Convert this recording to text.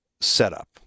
setup